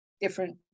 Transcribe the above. different